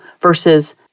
versus